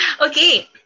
Okay